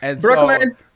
Brooklyn